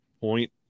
point